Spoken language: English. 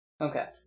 Okay